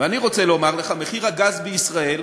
ואני רוצה לומר לך, מחיר הגז בישראל,